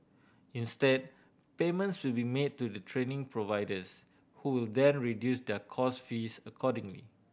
instead payments will be made to the training providers who will then reduce their course fees accordingly